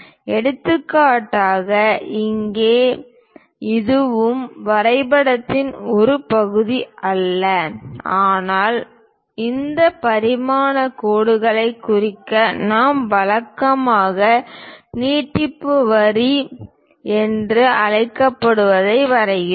எடுத்துக்காட்டாக இங்கே இதுவும் இதுவும் வரைபடத்தின் ஒரு பகுதி அல்ல ஆனால் இந்த பரிமாணக் கோடுகளைக் குறிக்க நாம் வழக்கமாக நீட்டிப்பு வரி என்று அழைக்கப்படுவதை வரைகிறோம்